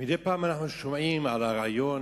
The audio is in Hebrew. מדי פעם אנחנו שומעים על רעיון